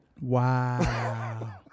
Wow